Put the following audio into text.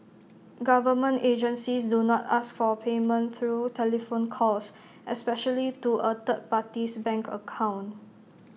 government agencies do not ask for payment through telephone calls especially to A third party's bank account